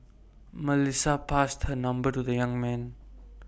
Melissa passed her number to the young man